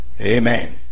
Amen